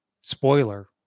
Spoiler